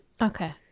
Okay